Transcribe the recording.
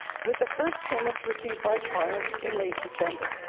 with the first payments received by clients in late december.